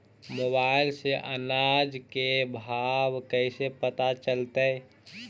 Mobile से अनाज के भाव कैसे पता चलतै?